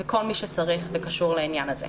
וכל מי שצריך וקשור לעניין הזה.